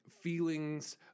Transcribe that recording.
feelings